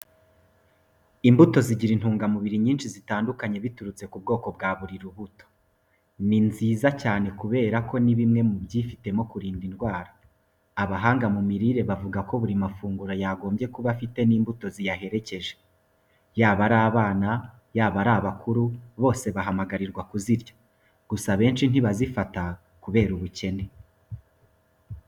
Imbuto zigira intungamubiri nyinshi zitandukane biturutse ku bwoko bwa buri rubuto. Ni nziza cyane kubera ko ni bimwe mu byifitemo kurinda indwara. Abahanga mu mirire bavuga ko buri mafunguro yagombye kuba afite n'imbuto ziyaherekeje. Yaba ari abana, yaba ari abakuru bose bahamagarirwa kuzirya. Gusa abenshi ntibazifata kubera ubukene.